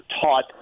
taught